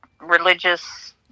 religious